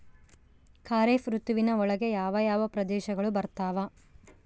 ಖಾರೇಫ್ ಋತುವಿನ ಒಳಗೆ ಯಾವ ಯಾವ ಪ್ರದೇಶಗಳು ಬರ್ತಾವ?